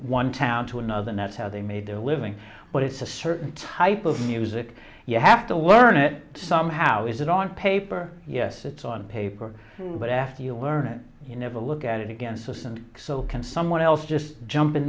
one town to another nets how they made their living but it's a certain type of music you have to learn it somehow is it on paper yes it's on paper but after you learn it you never look at it again so send it so can someone else just jump in